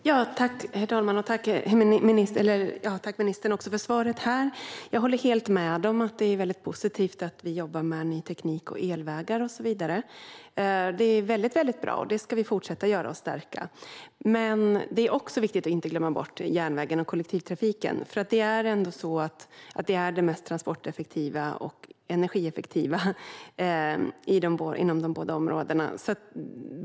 Herr talman! Jag tackar ministern för detta. Jag håller helt med om att det är mycket positivt att vi jobbar med ny teknik, elvägar och så vidare. Det är väldigt bra. Det ska vi fortsätta med och stärka detta arbete. Det är också viktigt att inte glömma bort järnvägen och kollektivtrafiken, som ändå är det mest transporteffektiva och energieffektiva inom de båda områdena.